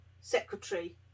secretary